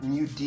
New